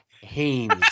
Haynes